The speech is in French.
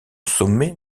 sommet